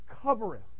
covereth